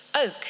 Oak